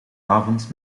avond